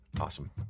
awesome